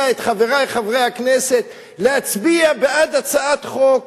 את חברי חברי הכנסת להצביע בעד הצעת חוק